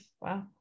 Wow